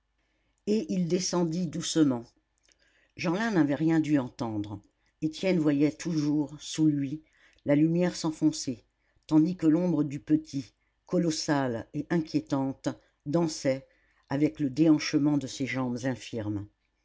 et il descendit doucement jeanlin n'avait rien dû entendre étienne voyait toujours sous lui la lumière s'enfoncer tandis que l'ombre du petit colossale et inquiétante dansait avec le déhanchement de ses jambes infirmes